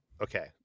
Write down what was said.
Okay